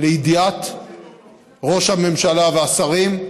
לידיעת ראש הממשלה והשרים,